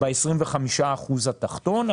ב-25% התחתון,